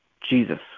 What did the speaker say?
Jesus